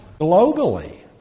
globally